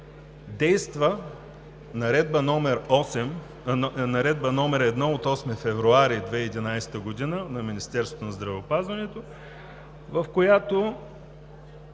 действа Наредба № 1 от 8 февруари 2011 г. на Министерството на здравеопазването, в която